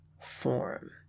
form